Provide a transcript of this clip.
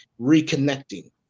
reconnecting